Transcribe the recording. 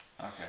Okay